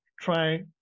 try